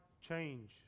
change